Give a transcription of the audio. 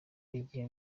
igihe